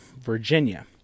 Virginia